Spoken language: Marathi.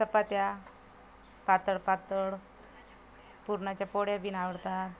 चपात्या पातळ पातळ पुरणाच्या पोळ्या बीन आवडता